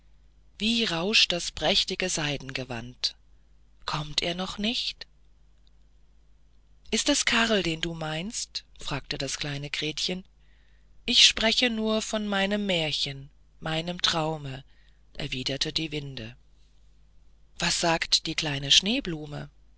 wie rauscht das prächtige seidengewand kommt er noch nicht ist es karl den du meinst fragte das kleine gretchen ich spreche nur von meinem märchen meinem traume erwiderte die winde was sagt die kleine